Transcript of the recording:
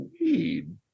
weed